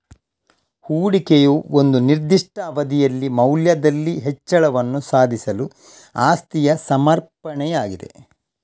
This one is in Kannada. ಹೂಡಿಕೆಯು ಒಂದು ನಿರ್ದಿಷ್ಟ ಅವಧಿಯಲ್ಲಿ ಮೌಲ್ಯದಲ್ಲಿ ಹೆಚ್ಚಳವನ್ನು ಸಾಧಿಸಲು ಆಸ್ತಿಯ ಸಮರ್ಪಣೆಯಾಗಿದೆ